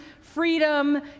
freedom